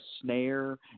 snare